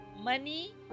money